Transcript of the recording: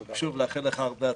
שוב, מאחל לך הרבה צלחה.